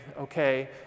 okay